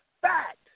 fact